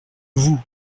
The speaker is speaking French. vous